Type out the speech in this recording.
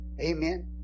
Amen